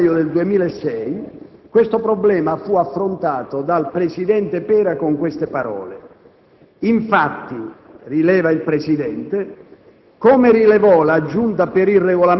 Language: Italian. Nella seduta del 2 febbraio 2006 questo problema fu affrontato dal presidente Pera con le seguenti parole: «Infatti» afferma il Presidente